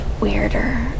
weirder